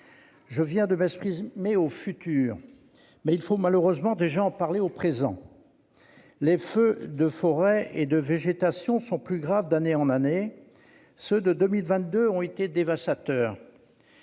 Je viens de m'exprimer au futur, mais malheureusement il faut déjà parler au présent ... Les feux de forêt et de végétation sont plus graves d'année en année. Ceux de 2022 ont été dévastateurs,